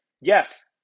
yes